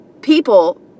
people